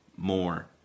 More